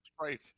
right